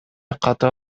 ката